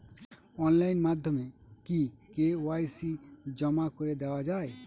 Online মাধ্যমে কি KYC জমা করে দেওয়া য়ায়?